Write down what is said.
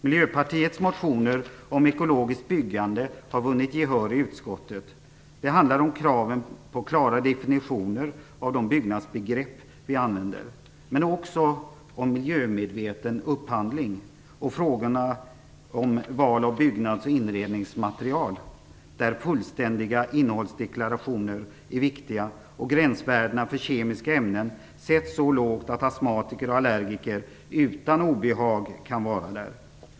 Miljöpartiets motioner om ekologiskt byggande har vunnit gehör i utskottet. Det handlar om kraven på klara definitioner av de byggnadsbegrepp vi använder men också om miljömedveten upphandling. Vid val av byggnads och inredningsmaterial är fullständiga innehållsdeklarationer viktiga, och det är viktigt att gränsvärdena för kemiska ämnen sätts så lågt att astmatiker och allergiker utan obehag kan vistas i husen.